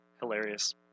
hilarious